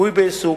ריפוי בעיסוק,